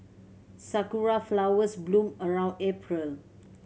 sakura flowers bloom around April